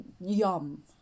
Yum